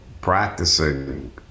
practicing